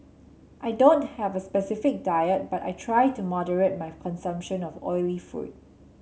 I don't have a specific diet but I try to moderate my consumption of oily food